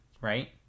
right